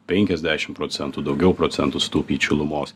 penkiasdešim procentų daugiau procentų sutaupyt šilumos